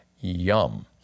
yum